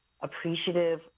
appreciative